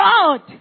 God